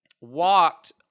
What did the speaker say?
walked